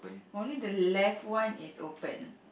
only the left one is open